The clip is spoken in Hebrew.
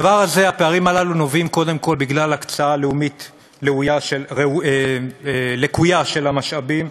הפערים הללו נובעים קודם כול מהקצאה לאומית לקויה של המשאבים,